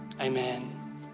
amen